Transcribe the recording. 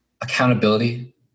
accountability